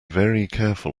careful